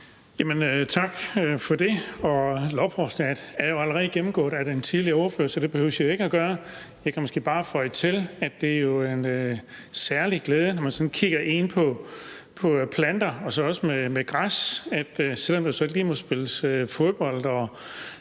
Tak for det. Lovforslaget er jo allerede gennemgået af den tidligere ordfører, så det behøver jeg ikke at gøre. Jeg kan måske bare føje til, at det jo er en særlig glæde, når man sådan kigger på planter og også på græs, for selv om der så ikke lige må spilles fodbold